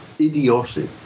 Idiotic